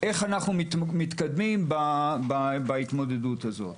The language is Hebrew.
איך אנחנו מתקדמים בהתמודדות מול הנושא הזה.